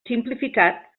simplificat